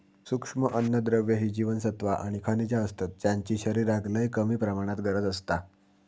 सूक्ष्म अन्नद्रव्य ही जीवनसत्वा आणि खनिजा असतत ज्यांची शरीराक लय कमी प्रमाणात गरज असता